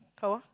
how ah